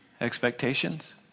Expectations